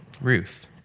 Ruth